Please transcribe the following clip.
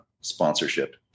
sponsorship